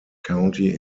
county